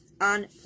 on